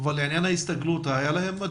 אבל לעניין ההסתגלות היה להם?